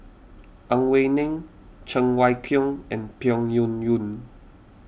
Ang Wei Neng Cheng Wai Keung and Peng Yuyun